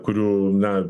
kurių na